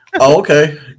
Okay